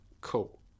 cool